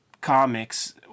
comics